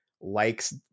likes